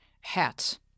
Hats